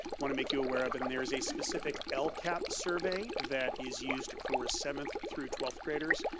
want to make you aware of, and there is a specific lcap survey that is used for seventh through twelfth graders,